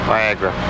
Viagra